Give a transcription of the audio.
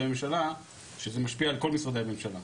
ממשלה שזה משפיע על כל משרדי הממשלה.